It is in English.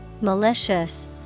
malicious